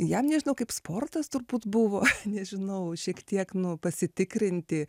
jam nežinau kaip sportas turbūt buvo nežinau šiek tiek nu pasitikrinti